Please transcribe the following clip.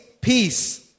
peace